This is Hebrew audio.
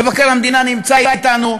מבקר המדינה נמצא אתנו,